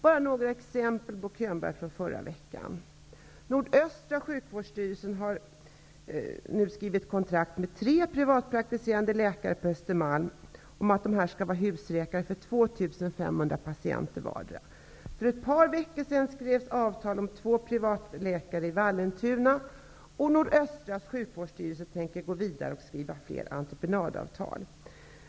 Jag vill ge statsrådet några exempel från förra veckan: Nordöstra sjukvårdsstyrelsen har nu skrivit kontrakt med tre privatpraktiserande läkare på Östermalm. De skall fungera som husläkare för 2 500 patienter vardera. För ett par veckor sedan skrevs avtal med två privatläkare i Vallentuna. Nordöstra sjukvårdsstyrelsen tänker gå vidare och skriva fler entreprenadavtal.